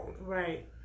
Right